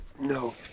No